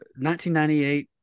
1998